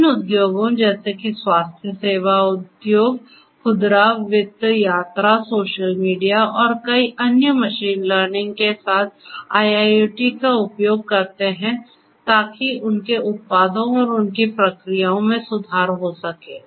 विभिन्न उद्योगों जैसे कि स्वास्थ्य सेवा उद्योग खुदरा वित्त यात्रा सोशल मीडिया और कई अन्य मशीन लर्निंग के साथ IIoT का उपयोग करते हैं ताकि उनके उत्पादों और उनकी प्रक्रियाओं में सुधार हो सके